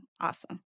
Awesome